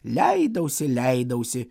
leidausi leidausi